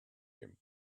him